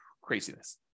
Craziness